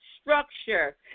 structure